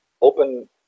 open